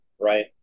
right